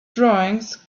drawings